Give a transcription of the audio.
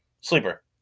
Sleeper